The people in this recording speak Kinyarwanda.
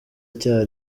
icya